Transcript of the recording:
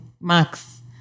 max